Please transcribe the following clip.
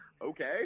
okay